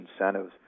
incentives